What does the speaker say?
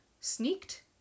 sneaked